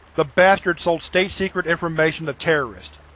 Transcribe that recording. the bastard sold state secret information to terrorists.